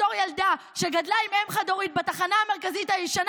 בתור ילדה שגדלה עם אם חד-הורית בתחנה המרכזית הישנה